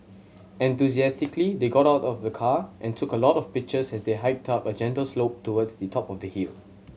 enthusiastically they got out of the car and took a lot of pictures as they hiked up a gentle slope towards the top of the hill